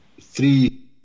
three